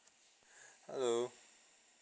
hello